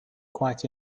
quite